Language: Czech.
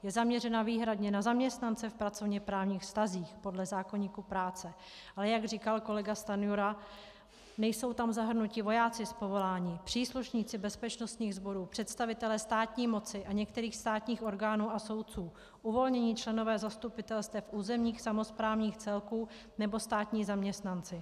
Je zaměřena výhradně na zaměstnance v pracovněprávních vztazích podle zákoníku práce, ale jak říkal kolega Stanjura, nejsou tam zahrnuti vojáci z povolání, příslušníci bezpečnostních sborů, představitelé státní moci a některých státních orgánů a soudců, uvolnění členové zastupitelstev územních samosprávních celků nebo státní zaměstnanci.